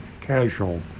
casual